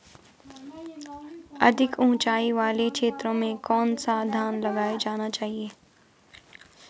अधिक उँचाई वाले क्षेत्रों में कौन सा धान लगाया जाना चाहिए?